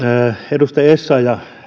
edustaja essayah